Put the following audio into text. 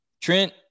Trent